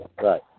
right